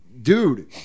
dude